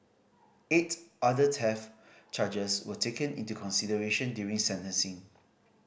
eight other theft charges were taken into consideration during sentencing